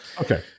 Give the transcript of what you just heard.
Okay